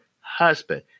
husband